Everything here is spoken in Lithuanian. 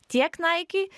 tiek naiki